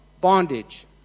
bondage